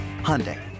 Hyundai